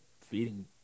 feeding